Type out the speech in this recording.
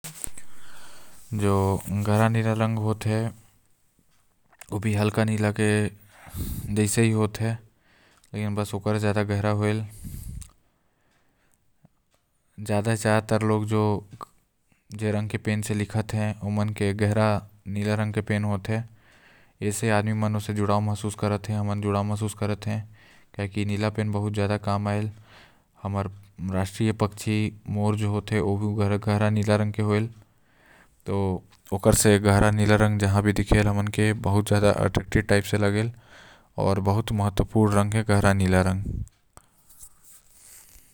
जो गहरा नीला रंग हे ओकर भी बहुत महत्व हे जैसे समुद्र के रंग गाढ़ा नीला होल आऊ हमर भोलेनाथ के कंठ भी नीला रहते त हिंदू समाज म भी नीला रंग के बहुत महत्व होएल। आऊ बिजली के रंग भी नीला हाइल।